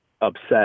upset